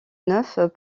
neuf